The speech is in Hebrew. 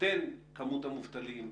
בהינתן כמות המובטלים,